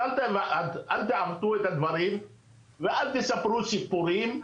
אז אל תעוותו את הדברים ואל תספרו סיפורים.